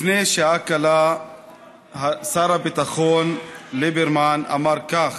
לפני שעה קלה שר הביטחון ליברמן אמר כך: